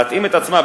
להתאים את עצמה,